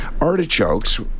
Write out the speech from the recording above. Artichokes